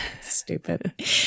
Stupid